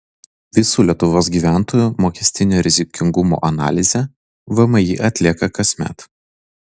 visų lietuvos gyventojų mokestinio rizikingumo analizę vmi atlieka kasmet